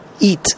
eat